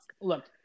Look